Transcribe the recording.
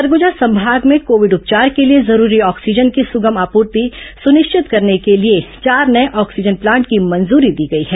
सरगुजा संभाग में कोविड उपचार के लिए जरूरी ऑक्सीजन की सुगम आपूर्ति सुनिश्चित करने के लिए चार नये ऑक्सीजन प्लांट की मंजूरी दी गई है